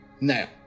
Now